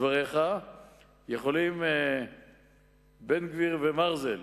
דבריך יכולים בן-גביר ומרזל